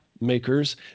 makers